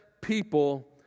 people